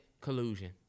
collusion